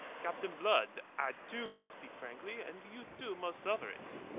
captain blood, i, too, will speak frankly and you, too, must suffer it.